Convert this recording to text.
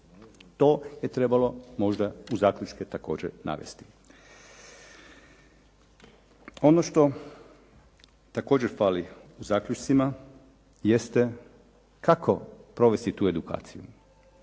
To je trebalo možda u zaključke također navesti. Ono što također fali u zaključcima jeste kako provesti tu edukaciju?